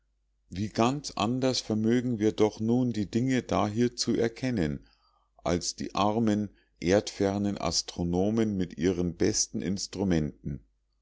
wie ganz anders vermögen wir doch nun die dinge dahier zu erkennen als die armen erdfernen astronomen mit ihren besten instrumenten